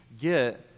get